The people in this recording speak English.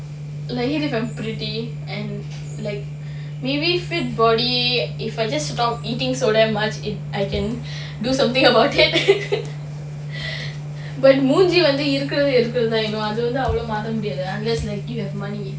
I'm pretty and like maybe fit body if I just stop eating so damn much if I can do something about it you have money